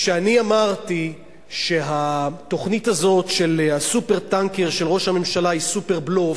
כשאמרתי שהתוכנית הזאת של ה"סופר-טנקר" של ראש הממשלה היא סופר-בלוף,